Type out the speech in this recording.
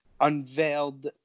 unveiled